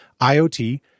IoT